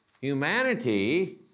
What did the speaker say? humanity